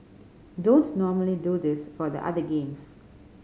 don't normally do this for the other games